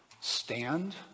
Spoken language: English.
Stand